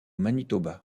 manitoba